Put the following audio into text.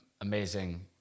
amazing